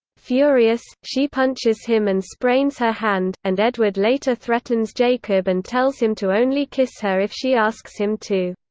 furious, she punches him and sprains her hand, and edward later threatens jacob and tells him to only kiss her if she asks him to.